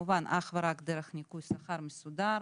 כמובן אך ורק דרך ניכוי שכר מסודר,